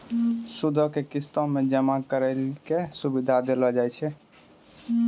सूदो के किस्तो मे जमा करै के सुविधा देलो जाय छै